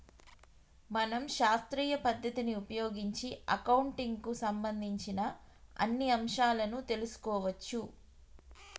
మనం శాస్త్రీయ పద్ధతిని ఉపయోగించి అకౌంటింగ్ కు సంబంధించిన అన్ని అంశాలను తెలుసుకోవచ్చు